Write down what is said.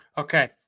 Okay